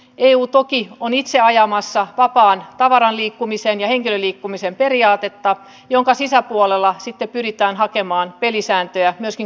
eu toki on itse ajamassa vapaan tavaranliikkumisen ja henkilöliikkumisen periaatetta jonka sisäpuolella sitten pyritään hakemaan pelisääntöjä myöskin kuljetustoimialalle